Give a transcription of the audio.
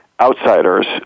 outsiders